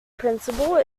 principle